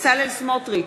בצלאל סמוטריץ,